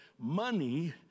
money